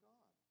God